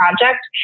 project